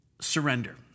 surrender